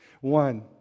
One